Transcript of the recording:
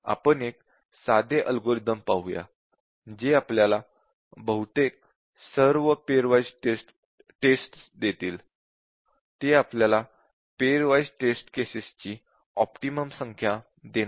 आपण एक साधे अल्गोरिदम पाहूया जे आपल्याला बहुतेक सर्व पेअर वाइज़ टेस्टस देईल ते आपल्याला पेअर वाइज़ टेस्ट केसेस ची ऑप्टिमम संख्या देणार नाही